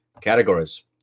categories